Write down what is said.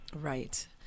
Right